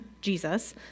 Jesus